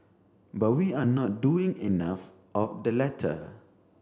but we are not doing enough of the latter